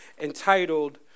entitled